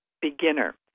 Beginner